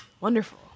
wonderful